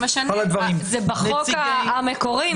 זה בחוק המקורי.